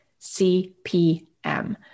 CPM